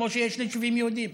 כמו שיש ליישובים יהודיים.